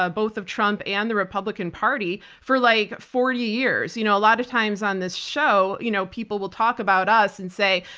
ah both of trump and the republican party for like forty years. you know a lot of times on this show you know people will talk about us and say,